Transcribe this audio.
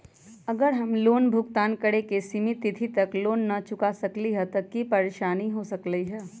अगर हम लोन भुगतान करे के सिमित तिथि तक लोन न चुका पईली त की की परेशानी हो सकलई ह?